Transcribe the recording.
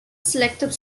selective